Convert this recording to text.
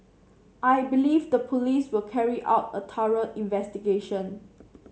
I believe the police will carry out a thorough investigation